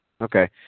Okay